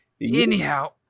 Anyhow